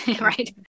right